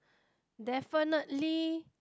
definitely